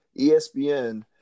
ESPN